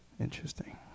Interesting